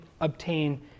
obtain